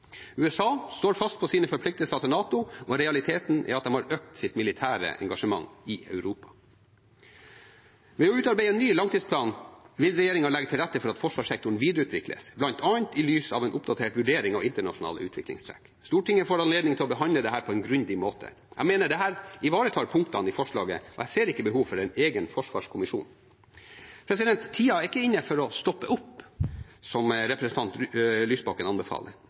USA står fast på sine forpliktelser overfor NATO, og realiteten er at de har økt sitt militære engasjement i Europa. Ved å utarbeide en ny langtidsplan vil regjeringen legge til rette for at forsvarssektoren videreutvikles, bl.a. i lys av en oppdatert vurdering av internasjonale utviklingstrekk. Stortinget får anledning til å behandle dette på en grundig måte. Jeg mener dette ivaretar punktene i forslaget, og jeg ser ikke behov for en egen forsvarskommisjon. Tiden er ikke inne for å stoppe opp, som representanten Lysbakken anbefaler.